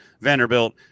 Vanderbilt